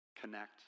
connect